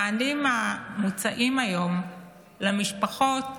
המענים המוצעים היום למשפחות